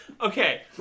Okay